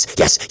yes